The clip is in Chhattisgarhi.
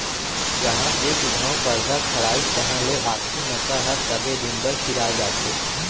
जहॉं एक घँव परदा खड़ाइस तहां ले आपसी नता ह सबे दिन बर सिरा जाथे